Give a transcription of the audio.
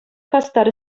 хастар